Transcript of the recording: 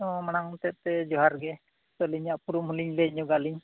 ᱢᱟᱲᱟᱝ ᱥᱮᱫ ᱛᱮ ᱡᱚᱦᱟᱨ ᱜᱮ ᱟᱹᱞᱤᱧᱟᱜ ᱩᱯᱨᱩᱢ ᱦᱚᱸ ᱞᱤᱧ ᱞᱟᱹᱭ ᱧᱚᱜᱟᱞᱤᱧ